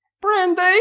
Brandy